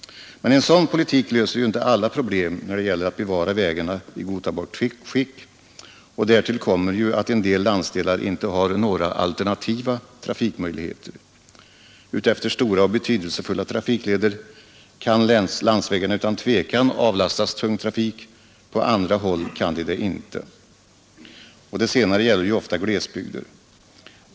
Men en sådan politik löser inte alla problem när det gäller att bevara vägarna i godtagbart skick. Därtill kommer att en del landsdelar inte har några alternativa trafikmöjligheter. Utefter stora och betydelsefulla trafikleder kan landsvägarna utan tvivel avlastas tung trafik — på andra håll kan de det inte. Det senare gäller ofta glesbygder.